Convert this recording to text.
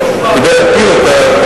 כדי להפיל אותה,